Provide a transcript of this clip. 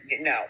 no